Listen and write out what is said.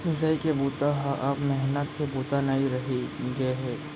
मिसाई के बूता ह अब मेहनत के बूता नइ रहि गे हे